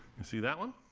you see that one?